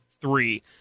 three